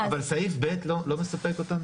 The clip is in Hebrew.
סעיף ב לא מספק אותך?